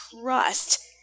trust